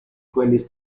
quelli